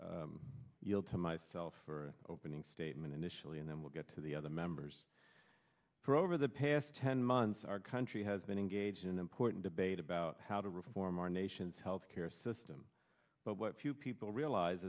yield to myself for opening statement initially and then we'll get to the other members for over the past ten months our country has been engaged in an important debate about how to reform our nation's health care system but what few people realize